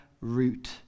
root